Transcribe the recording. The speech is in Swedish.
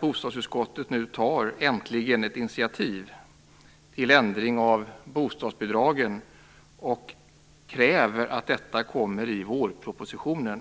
Bostadsutskottet tar äntligen ett initiativ till ändring av bostadsbidragen och kräver att detta tas med i vårpropositionen.